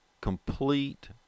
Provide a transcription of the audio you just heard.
complete